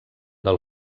del